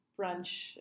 brunch